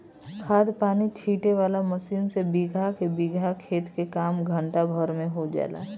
खाद पानी छीटे वाला मशीन से बीगहा के बीगहा खेत के काम घंटा भर में हो जाला